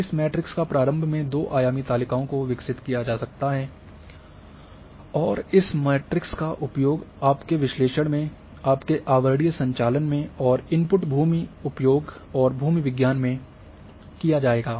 इस मैट्रिक्स पर प्रारंभ में दो आयामी तालिकाओं को विकसित किया जा सकता है और इस मैट्रिक्स का उपयोग आपके विश्लेषण में आपके आवरणीय संचालन में और इनपुट भूमि उपयोग और भू विज्ञान में किया जाएगा